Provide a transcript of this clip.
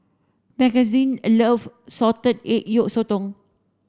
Mckenzie love salted egg yolk sotong